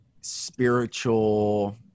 spiritual